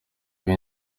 biri